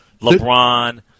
LeBron